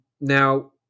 now